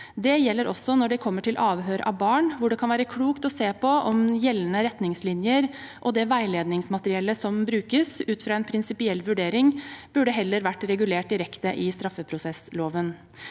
Det gjelder også når det gjelder avhør av barn, hvor det kan være klokt å se på om gjeldende retningslinjer og det veiledningsmateriellet som brukes, ut fra en prinsipiell vurdering heller burde vært regulert direkte i straffeprosessloven.